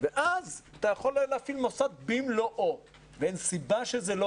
ואז אתה יכול להפעיל מוסד במלואו ואין סיבה שזה לא